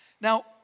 Now